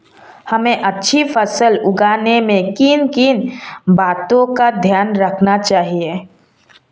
हमें अच्छी फसल उगाने में किन किन बातों का ध्यान रखना चाहिए?